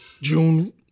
June